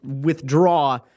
withdraw